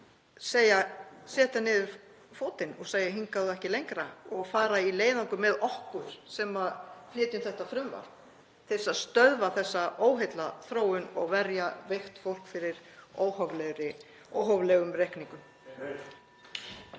ekki setja niður fótinn og segja: Hingað og ekki lengra, og fara í leiðangur með okkur sem flytjum þetta frumvarp til að stöðva þessa óheillaþróun og verja veikt fólk fyrir óhóflegum reikningum.